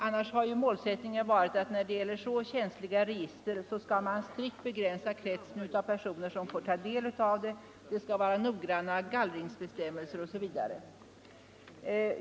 Annars har målsättningen varit att man när det gäller så känsliga register strikt skall begränsa kretsen av personer som får ta del av dem. Det skall finnas noggranna gallringsbestämmelser osv.